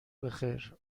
بخیر